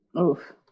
Oof